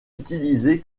utilisée